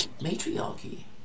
matriarchy